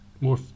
more